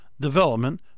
development